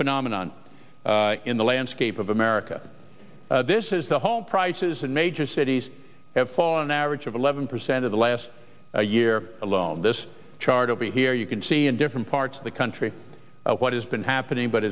phenomenon in the landscape of america this is the home prices in major cities have fallen average of eleven percent of the last year alone this chart over here you can see in different parts of the country what has been happening but